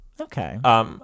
Okay